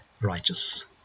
righteous